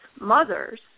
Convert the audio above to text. mothers